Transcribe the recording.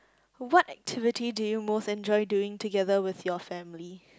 what activity do you most enjoy doing together with your family